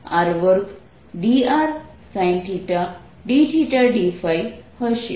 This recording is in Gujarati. જે Cr3sin2cos2ϕcosθr2drsin θdθdϕ હશે